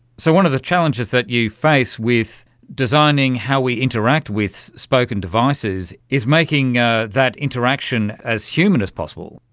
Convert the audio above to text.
so one of the challenges that you face with designing how we interact with spoken devices is making ah that interaction as human as possible,